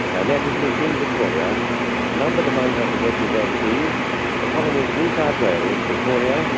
her majesty queen victoria numbered among her possessions overseas the colonies of new south wales, victoria,